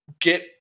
get